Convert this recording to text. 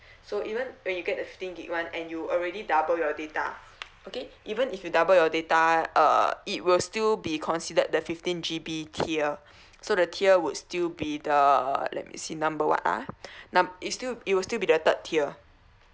so even when you get the fifteen gig one and you already double your data okay even if you double your data uh it will still be considered the fifteen G_B tier so the tier would still be the let me see number what ah num~ it still it will still be the third tier